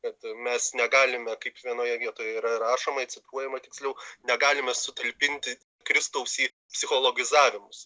kad mes negalime kaip vienoje vietoje yra rašoma cituojama tiksliau negalime sutalpinti kristaus į psichologizavimus